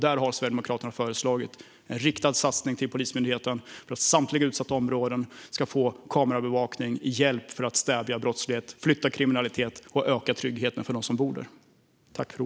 Där har Sverigedemokraterna föreslagit en riktad satsning till Polismyndigheten för att samtliga utsatta områden ska få kameraövervakning till hjälp för att stävja brottslighet, flytta kriminalitet och öka tryggheten för dem som bor där.